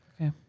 Okay